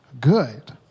good